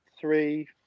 three